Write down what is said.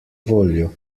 voljo